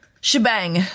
shebang